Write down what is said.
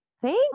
Thank